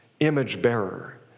image-bearer